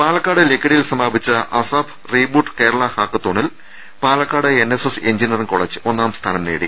പാലക്കാട് ലക്കിടിയിൽ സമാപിച്ച ASAP reboot Kerala ഹാക്ക ത്തോണിൽ Palakkad N S S engineering college ഒന്നാം സ്ഥാനം നേടി